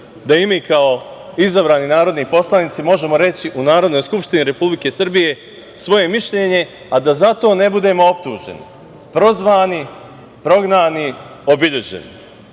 da i mi kao izabrani narodni poslanici možemo reći u Narodnoj skupštini Republike Srbije svoje mišljenje, a da za to ne budemo optuženi, prozvani, prognani, obeleženi.